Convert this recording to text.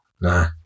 nah